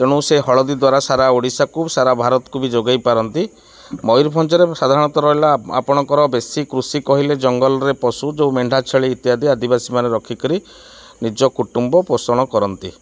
ତେଣୁ ସେ ହଳଦୀ ଦ୍ୱାରା ସାରା ଓଡ଼ିଶାକୁ ସାରା ଭାରତକୁ ବି ଯୋଗାଇ ପାରନ୍ତି ମୟୂରଭଞ୍ଜରେ ସାଧାରଣତଃ ରହିଲା ଆପଣଙ୍କର ବେଶୀ କୃଷି କହିଲେ ଜଙ୍ଗଲରେ ପଶୁ ଯେଉଁ ମେଣ୍ଢା ଛେଳି ଇତ୍ୟାଦି ଆଦିବାସୀମାନେ ରଖି କରି ନିଜ କୁଟୁମ୍ବ ପୋଷଣ କରନ୍ତି